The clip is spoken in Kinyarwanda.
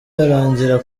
yarangira